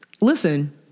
Listen